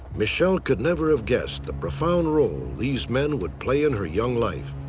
michele could never have guessed the profound role these men would play in her young life.